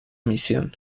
misión